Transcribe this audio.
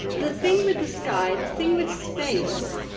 the thing with the sky, the thing with space,